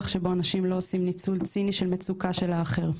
שבו אנשים לא עושים ניצול ציני של מצוקה של האחר.